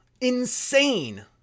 Insane